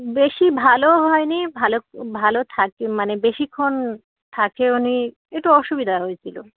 বেশি ভালো হয় নি ভালো ভালো থাকে মানে বেশিক্ষণ থাকেও নি একটু অসুবিধা হয়েছিলো